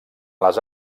les